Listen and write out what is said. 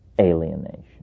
alienation